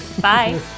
Bye